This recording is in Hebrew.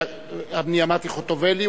אני אמרתי חוטובלי,